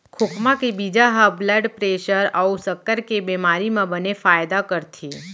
खोखमा के बीजा ह ब्लड प्रेसर अउ सक्कर के बेमारी म बने फायदा करथे